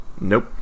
Nope